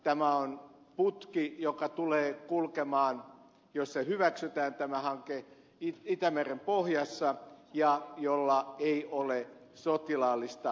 tämä on putki joka tulee kulkemaan jos tämä hanke hyväksytään itämeren pohjassa ja jolla ei ole sotilaallista merkitystä